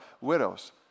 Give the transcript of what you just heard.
widows